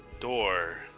door